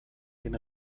den